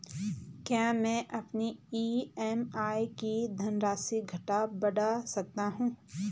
क्या मैं अपनी ई.एम.आई की धनराशि घटा बढ़ा सकता हूँ?